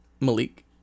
Malik